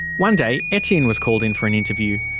one day etienne was called in for an interview.